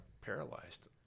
paralyzed